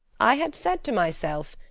i had said to myself,